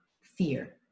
fear